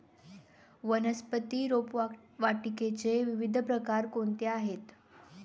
वनस्पती रोपवाटिकेचे विविध प्रकार कोणते आहेत?